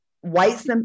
white